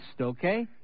okay